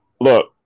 Look